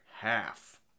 half